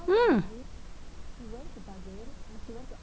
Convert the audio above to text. mm